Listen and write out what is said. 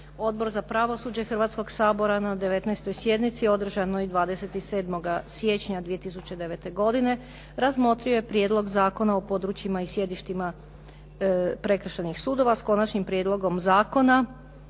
Odbor za pravosuđe Hrvatskoga sabora na 19. sjednici održanoj 27. siječnja 2009. godine razmotrio je Prijedlog zakona o područjima i sjedištima prekršajnih sudova sa Konačnim prijedlogom zakona